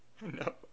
No